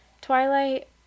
Twilight